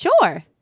sure